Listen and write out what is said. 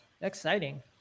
exciting